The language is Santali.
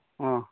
ᱳ